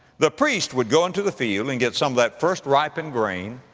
the priest would go into the field and get some of that first ripened grain,